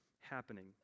happening